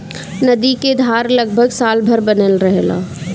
नदी क धार लगभग साल भर बनल रहेला